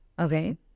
okay